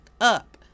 up